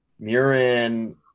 Murin –